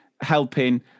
helping